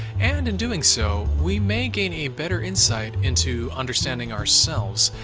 and in doing so, we may gain a better insight into understanding ourselves.